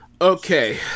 Okay